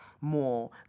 more